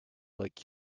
like